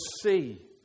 see